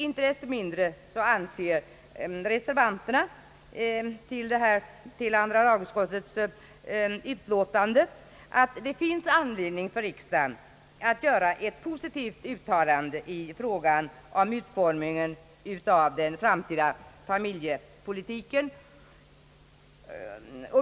Inte desto mindre anser dock reservanterna till andra lagutskottets utlåtande, att det finns anledning för riksdagen att göra ett positivt uttalande i fråga om utformningen av den framtida familjepolitiken.